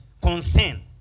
concern